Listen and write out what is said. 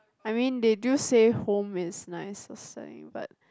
I mean they do say home is nice for studying but